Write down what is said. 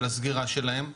של הסגירה שלהן.